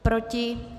Proti?